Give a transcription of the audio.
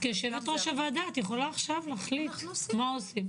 אז כיושבת-ראש הוועדה את יכולה להחליט עכשיו מה עושים.